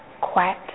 quiet